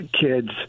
kids